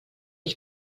mil